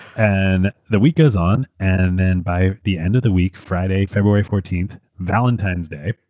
and the week goes on and then by the end of the week, friday, february fourteenth, valentines day.